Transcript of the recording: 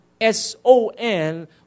S-O-N